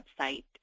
website